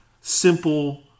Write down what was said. simple